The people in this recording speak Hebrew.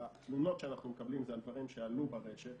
התמונות שאנחנו מקבלים זה על דברים שעלו ברשת.